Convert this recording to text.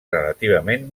relativament